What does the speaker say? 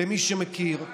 למי שמכיר,